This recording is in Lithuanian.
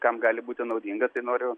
kam gali būti naudinga tai noriu